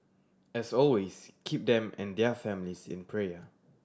as always keep them and their families in prayer